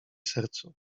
sercu